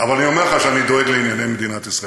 אבל אני אומר לך שאני דואג לענייני מדינת ישראל,